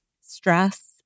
stress